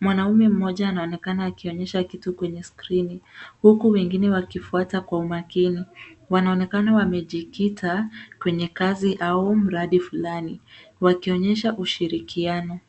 Mwanaume mmoja anaonekana akionyesha kitu kwenye skrini , huku wengine wakifuata kwa umakini, wanaonekana wamejikita kwenye kazi au mradi fulani, wakionyesha ushirikiano.